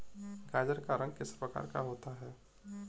गाजर का रंग किस प्रकार का होता है?